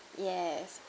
yes